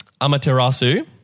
Amaterasu